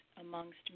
amongst